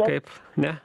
taip ne